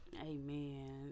Amen